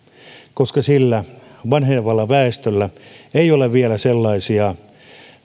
koska sillä vanhenevalla väestöllä ei ole vielä sellaisia